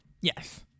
Yes